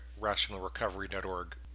rationalrecovery.org